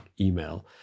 email